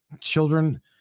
children